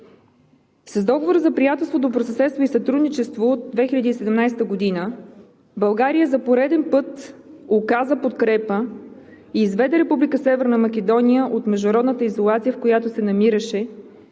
С Договора за приятелство, добросъседство и сътрудничество от 2017 г. България за пореден път оказа подкрепа и изведе Република Северна Македония от международната изолация, в която се намираше,